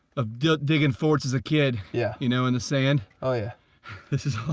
of digging forts as a kid. yeah, you know in the sand. oh, yeah this is